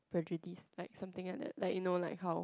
prejudice like something like that like you know like how